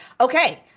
Okay